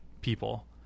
people